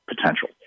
potential